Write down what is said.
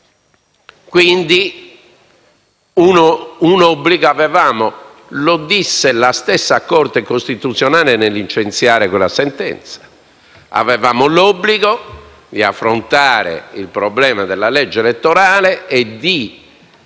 Quindi un obbligo avevamo, lo disse la stessa Corte costituzionale nel licenziare la sentenza: avevamo l'obbligo di affrontare il problema del sistema elettorale e di